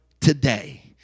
today